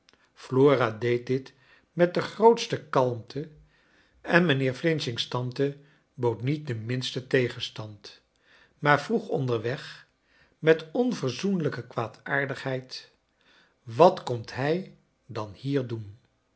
flora deed dit met de grootste kalmte en mijnheer f's tante bood niet den mi listen tegenstand maar vroeg onder weg met onverzoenlijke kwaadaardigheid wat komt hij dan hier doen